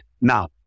now